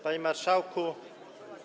Panie Marszałku!